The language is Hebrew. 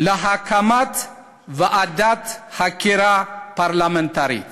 להקים ועדת חקירה פרלמנטרית,